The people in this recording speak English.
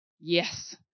yes